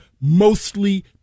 mostly